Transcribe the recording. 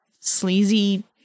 sleazy